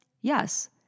Yes